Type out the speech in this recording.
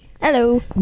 Hello